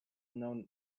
known